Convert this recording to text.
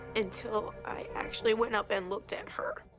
until i actually went up and looked at her.